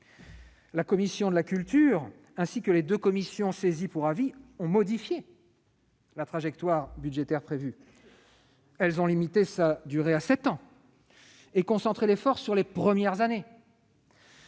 La commission de la culture, ainsi que les deux commissions saisies pour avis, ont modifié la trajectoire budgétaire prévue. Elles ont limité sa durée à sept ans et concentré l'effort sur les premières années.